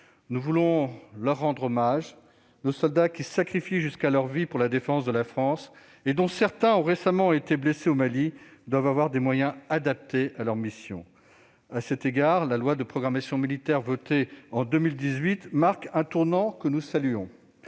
Nous voulons leur rendre hommage. Nos soldats, qui sacrifient jusqu'à leur vie pour la défense de la France, dont certains ont été récemment blessés au Mali, doivent avoir des moyens adaptés à leur mission. À cet égard, la loi de programmation militaire votée en 2018 marque un tournant que nous saluons